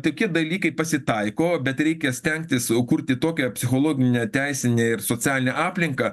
tokie dalykai pasitaiko bet reikia stengtis sukurti tokią psichologinę teisinę ir socialinę aplinką